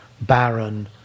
barren